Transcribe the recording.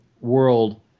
world